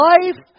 Life